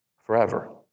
forever